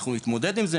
אנחנו נתמודד עם זה,